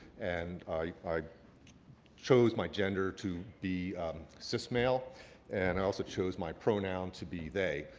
and i i chose my gender to be cismale and i also chose my pronoun to be they.